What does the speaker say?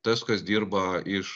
tas kas dirba iš